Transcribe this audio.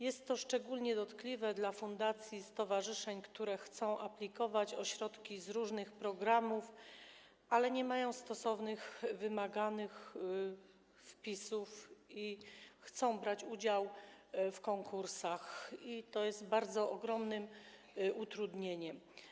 Jest to szczególnie dotkliwe dla fundacji i stowarzyszeń, które chcą aplikować o środki z różnych programów, ale nie mają stosownych, wymaganych wpisów, a chcą brać udział w konkursach, co jest bardzo ogromnym utrudnieniem.